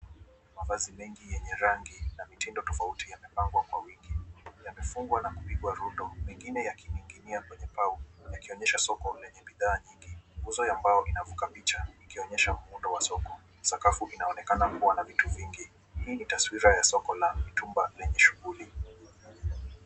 Mavazi mengi yenye rangi na mitindo tofauti yamepangwa kwa wingi. Yamefungwa na kupigwa rundo, mengine yakining'inia kwenye pau yakionyesha soko lenye bidhaa nyingi. Nguzo ya mbao inavuka picha ikionyesha muundo wa soko. Sakafu inaonekana kuwa na vitu vingi. Hii ni taswira ya soko la mitumba lenye shughuli.